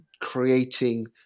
creating